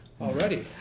already